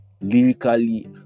lyrically